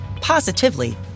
positively